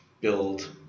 build